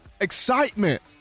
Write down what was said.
excitement